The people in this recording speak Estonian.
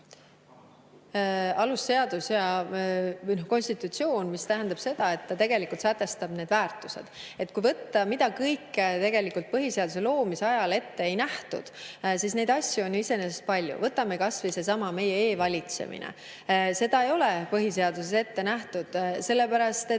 alusseadus ja konstitutsioon, mis tähendab seda, et see tegelikult sätestab need väärtused. Kui vaadata, mida kõike tegelikult põhiseaduse loomise ajal ette ei nähtud, siis neid asju on ju iseenesest palju. Võtame kas või sellesama meie e‑valitsemise. Seda ei ole põhiseaduses ette nähtud, sellepärast et